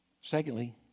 Secondly